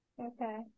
Okay